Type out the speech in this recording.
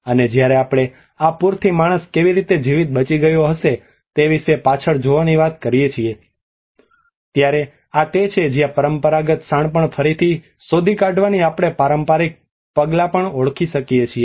અને જ્યારે આપણે આ પૂરથી માણસ કેવી રીતે જીવીત બચી ગયો છે તે વિશે પાછળ જોવાની વાત કરીએ ત્યારે આ તે છે જ્યાં પરંપરાગત શાણપણ ફરીથી શોધી કાઢવાથી આપણે પારંપરિક પગલાં પણ ઓળખી શકીએ છીએ